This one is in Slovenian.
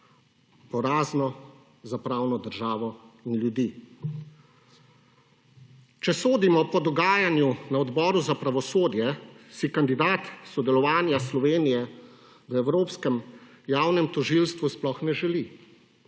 porazno za pravno državo in ljudi. Če sodimo po dogajanju na Odboru za pravosodje, si kandidat sodelovanja Slovenije v evropskem javnem tožilstvu sploh ne želi,